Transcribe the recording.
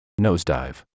Nosedive